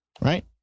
Right